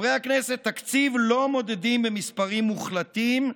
חברי הכנסת, תקציב לא מודדים במספרים מוחלטים,